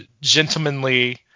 gentlemanly